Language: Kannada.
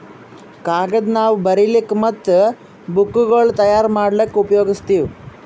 ಕಾಗದ್ ನಾವ್ ಬರಿಲಿಕ್ ಮತ್ತ್ ಬುಕ್ಗೋಳ್ ತಯಾರ್ ಮಾಡ್ಲಾಕ್ಕ್ ಉಪಯೋಗಸ್ತೀವ್